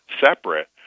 separate